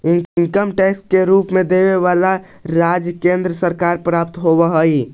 income tax के रूप में देवे जाए वाला राजस्व केंद्र सरकार के प्राप्त होव हई